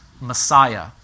Messiah